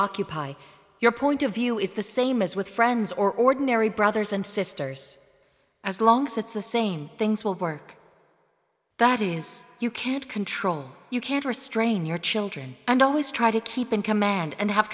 occupy your point of view is the same as with friends or ordinary brothers and sisters as long as it's the same things will work that is you can't control you can't restrain your children and always try to keep in command and have